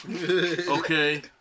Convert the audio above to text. Okay